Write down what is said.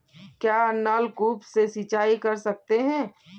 क्या नलकूप से सिंचाई कर सकते हैं?